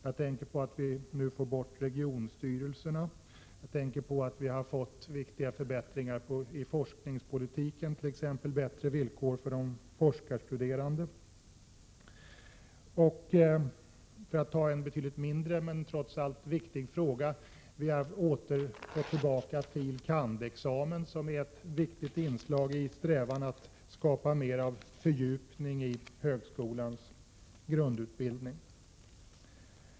Vi får nu bort regionsstyrelserna. Vi har fått viktiga förbättringar i forskningspolitiken, t.ex. bättre villkor för de forskarstuderande. Vi har fått tillbaka filosofie kandidat-examen, som är ett viktigt inslag i strävan att skapa mera av fördjupning i högskolans grundutbildning.